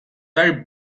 very